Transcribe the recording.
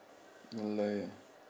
don't lie ah